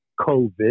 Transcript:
COVID